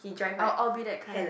I'll I'll be that kind